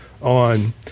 on